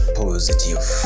positive